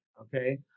okay